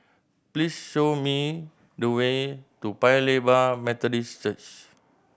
please show me the way to Paya Lebar Methodist Church